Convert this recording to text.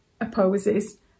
opposes